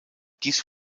dies